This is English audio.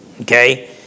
Okay